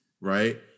right